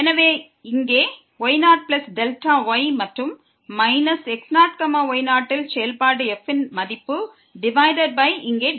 எனவே இங்கே y0y மற்றும் மைனஸ் x0y0 ல் செயல்பாடு f இன் மதிப்பு டிவைடட்பை இங்கே Δy